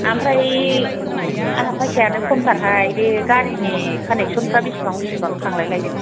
आमफ्राय आंहा फैसायानो खमथारहाय बे गारिनि खालेकसनफ्रा बिसिबां बिसिबां खांलायलायदों